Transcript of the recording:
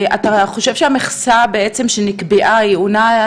אתה חושב שהמכסה שנקבעה היא עונה,